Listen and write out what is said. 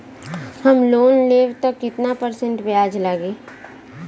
हम लोन लेब त कितना परसेंट ब्याज लागी?